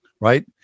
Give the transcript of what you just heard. right